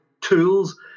tools